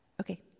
Okay